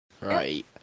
Right